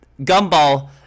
gumball